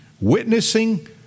witnessing